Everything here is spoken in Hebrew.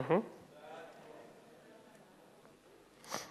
ההצעה להעביר את הצעת